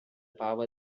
power